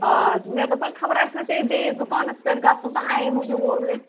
آ مےٚ دوٚپَن خبر اَسہِ ما پےٚ بیٚیِس دُکانَس پٮ۪ٹھ گژھُن تہٕ اَمے موٗجوٗب ووٚن مےٚ